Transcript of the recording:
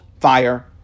fire